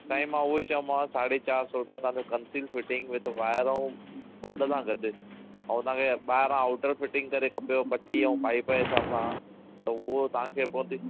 साईं मां उहो ई चयो मां साढी चारि सौ रुपिया तव्हां जो कंसिल फिटिंग विद वायर ऐं बोर्ड सां गॾु ऐं तव्हां खे ॿाहिरां आउटर फिटिंग करे खपे पटी ऐं पाइप जे हिसाब सां त उहो तव्हां खे पहुती